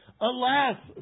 Alas